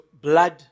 blood